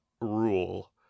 rule